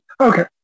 Okay